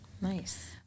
Nice